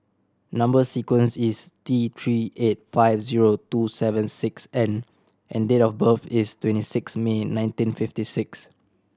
number sequence is T Three eight five zero two seven six N and date of birth is twenty six May nineteen fifty six